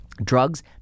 Drugs